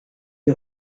qui